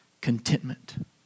contentment